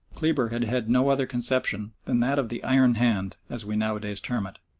kleber had had no other conception than that of the iron hand, as we nowadays term it,